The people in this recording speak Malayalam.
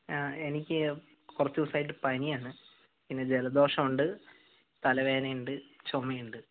ആഹ് എനിക്ക് കുറച്ച് ദിവസമായിട്ട് പനി ആണ് പിന്നെ ജലദോഷം ഉണ്ട് തലവേദന ഉണ്ട് ചുമ ഉണ്ട്